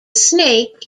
snake